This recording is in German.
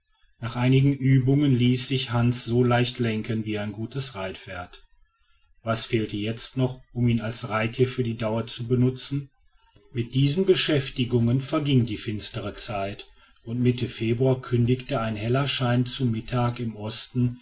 nach einigen übungen ließ sich hans so leicht lenken wie ein gutes reitpferd was fehlte jetzt noch um ihn als reittier für die dauer zu benutzen mit diesen beschäftigungen verging die finstere zeit und mitte februar kündigte ein heller schein zu mittag im osten